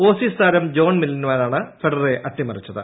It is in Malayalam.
ഓസീസ് താരം ജോൺ മിൽമനാണ് ഫെഡററെ അട്ടിമറിച്ചത്